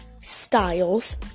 styles